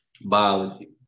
Biology